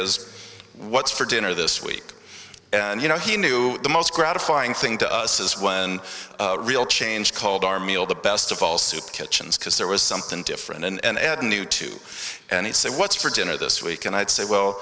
is what's for dinner this week and you know he knew the most gratifying thing to us is when real change called our meal the best of all soup kitchens because there was something different and add new to and he said what's for dinner this week and i'd say